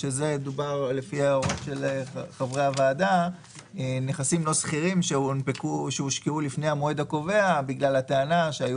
הדבר השני זה נכסים לא סחירים שהושקעו לפני המועד הקובע בגלל הטענה שהיו